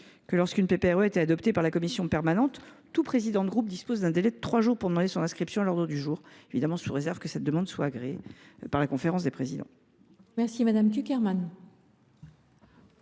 que, lorsqu’une PPRE a été adoptée par la commission permanente, tout président de groupe dispose d’un délai de trois jours pour demander son inscription à l’ordre du jour, sous réserve que cette demande soit agréée par la conférence des présidents. Je demande